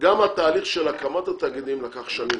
שגם התהליכים של הקמת התאגידים לקח שנים.